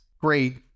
great